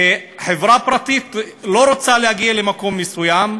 כשחברה פרטית לא רוצה להגיע למקום מסוים,